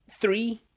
three